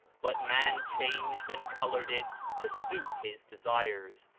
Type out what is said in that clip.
but man changed and colored it to suit his desires,